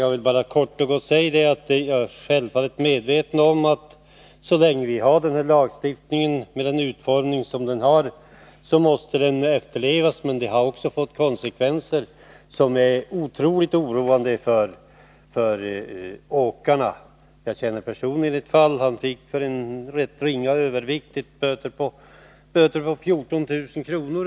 Jag vill bara kort och gott säga att jag självfallet är medveten om att så länge vi har den nuvarande lagstiftningen måste den efterlevas, men den har fått konsekvenser som är otroligt oroande för åkarna. Jag känner personligen till ett fall, där en åkare för en rätt ringa övervikt fått böter på över 14 000 kr.